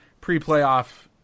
pre-playoff